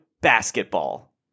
basketball